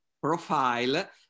Profile